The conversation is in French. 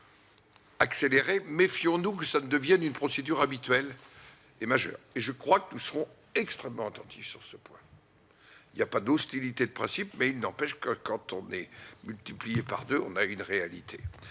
accélérée, méfions-nous, que ça ne devienne une procédure habituelle et majeur, et je crois que nous serons extrêmement attentifs sur ce point, il y a pas d'hostilité de principe, mais il n'empêche que quand on est multiplié par 2 hommes a une réalité